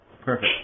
Perfect